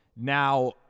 Now